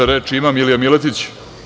Reč ima Milija Miletić.